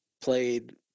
played